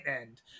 end